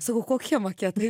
sakau kokie maketai